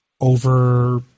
over